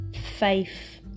faith